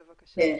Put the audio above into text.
בבקשה.